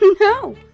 no